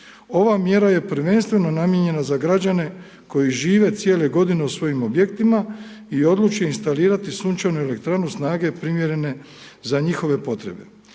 Ova mjera je prvenstveno namijenjena za građane koji žive cijele godine u svojim objektima o odluče instalirati sunčanu elektranu snage primijenjene za njihove potrebe.